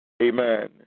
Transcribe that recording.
Amen